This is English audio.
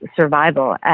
survival